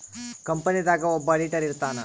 company ದಾಗ ಒಬ್ಬ auditor ಇರ್ತಾನ